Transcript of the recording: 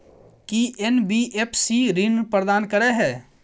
की NBFC ऋण प्रदान करे है?